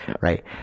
right